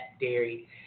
dairy